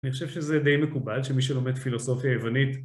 אני חושב שזה די מקובל שמי שלומד פילוסופיה יוונית